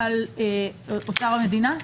על אוצר המדינה"?